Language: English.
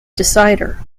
decider